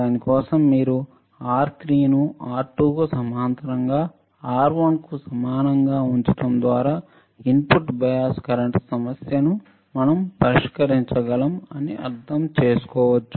దాని కోసం మీరు R3 ను R2 కు సమాంతరంగా R1 కు సమానంగా ఉంచడం ద్వారా ఇన్పుట్ బయాస్ కరెంట్ సమస్యను మేము పరిష్కరించగలము అని అర్థం చేసుకోవచ్చు